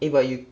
eh but you